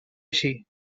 eixir